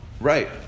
Right